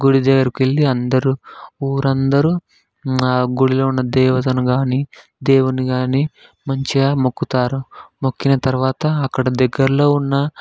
గుడి దగ్గరకు వెళ్ళి అందరూ ఊరు అందరూ ఆ గుడిలో ఉన్న దేవతను కాని దేవుణ్ణి కాని మంచిగా మొక్కుతారు మొక్కిన తర్వాత అక్కడ దగ్గరలో ఉన్న